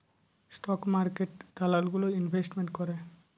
stock মার্কেটে দালাল গুলো ইনভেস্টমেন্ট করে